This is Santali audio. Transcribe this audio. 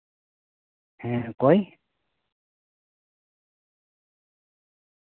ᱦᱮᱸ ᱚᱠᱚᱭ